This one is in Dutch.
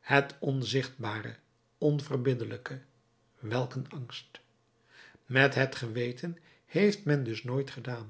het onzichtbare onverbiddelijke welk een angst met het geweten heeft men dus nooit gedaan